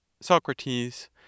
Socrates